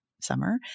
summer